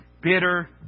Bitter